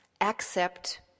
accept